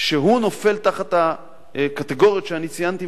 שהוא נופל תחת הקטגוריות שאני ציינתי,